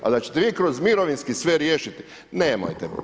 Ali, da ćete vi kroz mirovinsko sve riješiti, nemojte.